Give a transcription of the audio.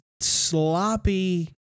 sloppy